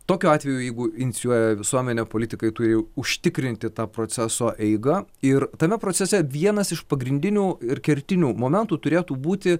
tokiu atveju jeigu inicijuoja visuomenė politikai turi užtikrinti tą proceso eigą ir tame procese vienas iš pagrindinių ir kertinių momentų turėtų būti